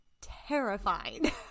terrifying